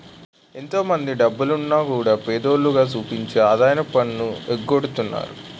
ఎంతో మందో డబ్బున్నోల్లు కూడా పేదోల్లుగా సూపించి ఆదాయపు పన్ను ఎగ్గొడతన్నారు